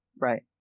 Right